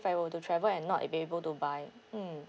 if I were to travel and not be able to buy mm